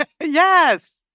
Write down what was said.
Yes